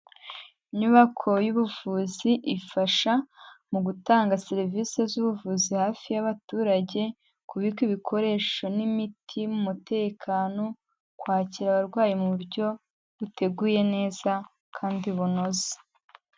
Inyubako y'ubuvuzi ifasha mu gutanga serivisi z'ubuvuzi hafi y'abaturage, kubika ibikoresho n'imiti, umutekano, kwakira abarwayi mu buryo buteguye neza kandi bunoze.